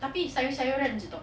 tapi sayur-sayuran jer [tau]